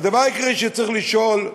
והדבר העיקרי שצריך לשאול,